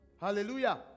Hallelujah